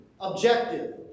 objective